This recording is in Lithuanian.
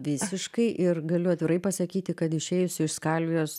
visiškai ir galiu atvirai pasakyti kad išėjusi iš skalvijos